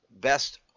best